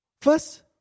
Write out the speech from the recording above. First